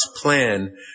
plan